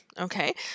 Okay